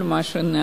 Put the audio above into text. על כל מה שנעשה.